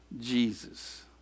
Jesus